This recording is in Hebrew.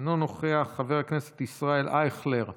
אינו נוכח, חבר הכנסת ישראל אייכלר,